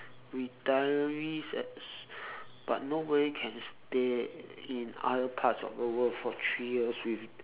retirees yes but nobody can stay in other parts of the world for three years with